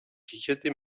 kicherte